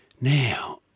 Now